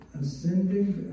ascending